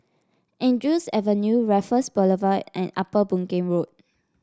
Andrews Avenue Raffles Boulevard and Upper Boon Keng Road